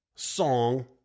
song